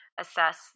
assess